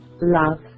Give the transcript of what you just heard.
love